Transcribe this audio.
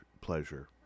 pleasure